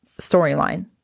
storyline